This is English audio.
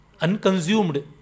Unconsumed